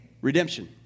redemption